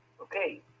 Okay